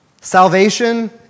Salvation